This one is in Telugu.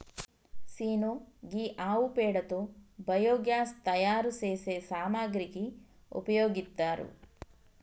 సీను గీ ఆవు పేడతో బయోగ్యాస్ తయారు సేసే సామాగ్రికి ఉపయోగిత్తారు